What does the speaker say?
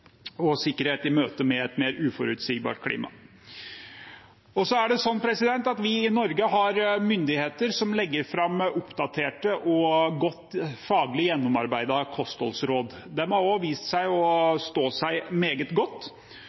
og sikkerhet i møte med et mer uforutsigbart klima. I Norge har vi myndigheter som legger fram oppdaterte og gode, faglig gjennomarbeidede kostholdsråd. Det har vist seg at de har stått seg meget godt,